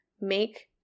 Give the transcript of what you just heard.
make